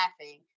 laughing